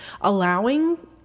allowing